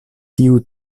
tiu